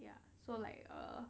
ya so like err